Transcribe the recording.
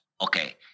Okay